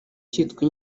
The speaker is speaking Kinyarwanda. cyitwa